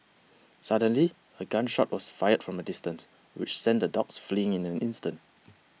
suddenly a gun shot was fired from a distance which sent the dogs fleeing in an instant